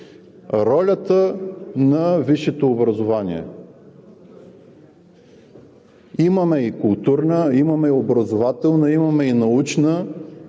ролята на висшето образование. Имаме и културна, имаме и образователна, имаме и научна,